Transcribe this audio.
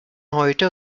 heute